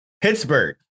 Pittsburgh